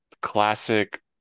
classic